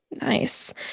Nice